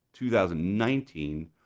2019